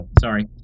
Sorry